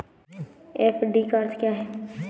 FD का अर्थ क्या है?